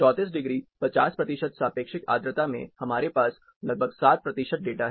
34 degree 50 प्रतिशत सापेक्षिक आर्द्रता में हमारे पास लगभग 7 प्रतिशत डेटा है